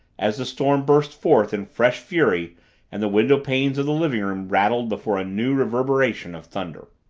as the storm burst forth in fresh fury and the window-panes of the living-room rattled before a new reverberation of thunder.